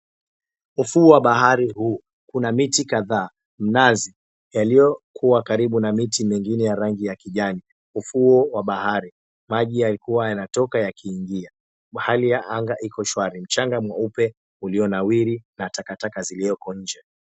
Ufuo wa bahari huu kuna miti kadhaa mnazi yaliokuwa karibu na miti mingine ya rangi ya kijani. Ufuo wa bahari, maji yaliokuwa yakitoka na kuingia. Hali ya anga iko shwari, mchanga mweupe ulionawiri na takataka zilioko nje.